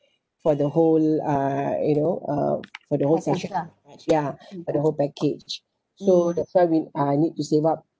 for the whole uh you know uh for the session yeah for the whole package so that's why we I need to save up